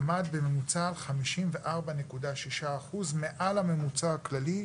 עמד בממוצע על 54.6% - מעל הממוצע הכללי.